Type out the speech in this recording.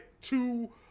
two